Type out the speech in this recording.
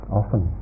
often